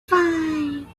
five